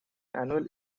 annual